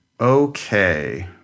Okay